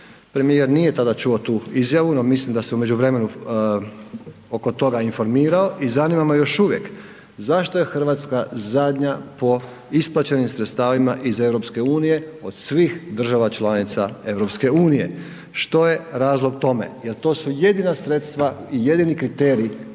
premijer nije tada čuo tu izjavu, no mislim da se u međuvremenu oko tog informirao. I zanima me još uvijek zašto je Hrvatska zadnja po isplaćenim sredstvima iz EU od svih država članica EU? Što je razlog tome? Jer to su jedina sredstva i jedini kriterij